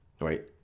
right